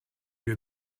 you